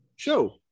show